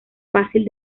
fácil